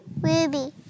Ruby